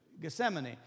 Gethsemane